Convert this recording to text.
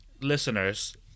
listeners